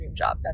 dreamjob